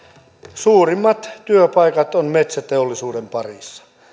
suurimmat työpaikat ovat metsäteollisuuden parissa